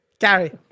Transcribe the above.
Gary